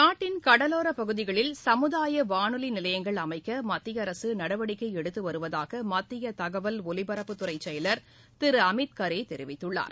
நாட்டின் கடலோரப் பகுதிகளில் சமுதாய வானொலி நிலையங்கள் அமைக்க மத்திய அரசு நடவடிக்கை எடுத்து வருவதாக மத்திய தகவல் ஒலிபரப்புத் துறை செயலர் திரு அமித் கரே தெரிவித்துள்ளார்